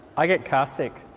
i get carsick.